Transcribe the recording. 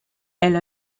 elle